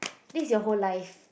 this your whole life